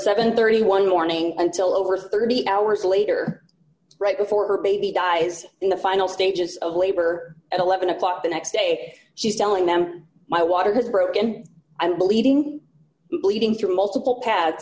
and thirty one morning until over thirty hours later right before her baby dies in the final stages of labor at eleven o'clock the next day she's telling them my water has broken and believing bleeding through multiple pat